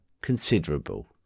considerable